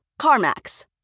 CarMax